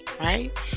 right